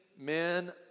men